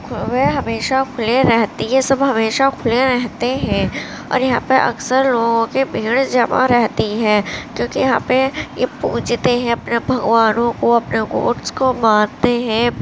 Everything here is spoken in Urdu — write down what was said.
وہ ہمیشہ کھلے رہتی ہے یہ سب ہمیشہ کھلے رہتے ہیں اور یہاں پر اکثر لوگوں کی بھیڑ جمع رہتی ہے کیونکہ یہاں پہ یہ پوجتے ہیں اپنے بھگوانوں کو اپنے گاڈس کو مانتے ہیں